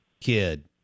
kid